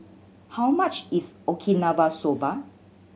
how much is Okinawa Soba